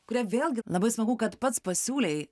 kurią vėlgi labai smagu kad pats pasiūlei